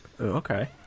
Okay